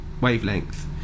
Wavelength